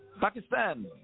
Pakistan